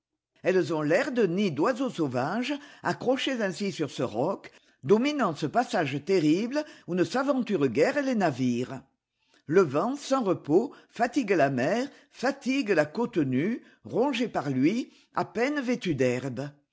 elles ont l'air de nids d'oiseaux sauvages accrochées ainsi sur ce roc dominant ce passage terrible où ne s'aventurent guère les navires le vent sans repos fatigue la mer fatigue la cote nue rongée par lui à peine vêtue d'herbe